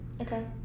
Okay